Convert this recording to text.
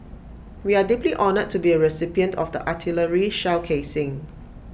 we are deeply honoured to be A recipient of the artillery shell casing